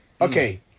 Okay